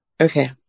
okay